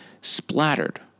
splattered